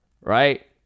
right